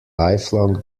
lifelong